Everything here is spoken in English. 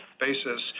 basis